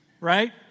right